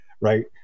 right